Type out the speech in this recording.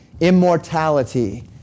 immortality